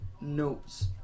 notes